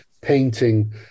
painting